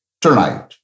tonight